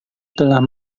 telah